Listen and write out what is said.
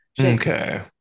okay